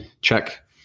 check